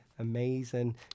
Amazing